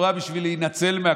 אני זכיתי לזכות מיוחדת,